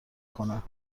کند